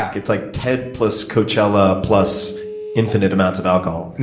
it's like ted plus coachella plus infinite amounts of alcohol.